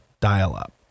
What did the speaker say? dial-up